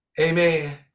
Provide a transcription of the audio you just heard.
Amen